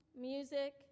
music